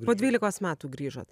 po dvylikos metų grįžot